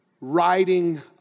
riding